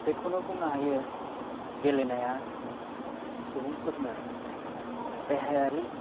बेखौनो बंनो हायो गेलेनाया सुबुंफोरनो देहायारि